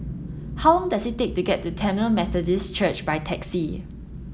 how long does it take to get to Tamil Methodist Church by taxi